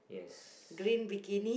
yes